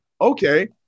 okay